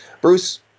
Bruce